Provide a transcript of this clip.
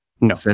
No